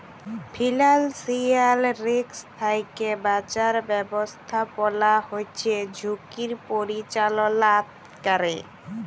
financial risk থ্যাইকে বাঁচার ব্যবস্থাপলা হছে ঝুঁকির পরিচাললা ক্যরে